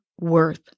worth